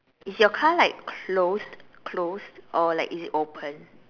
is your car like closed closed or like is it open